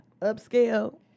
upscale